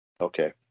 okay